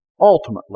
ultimately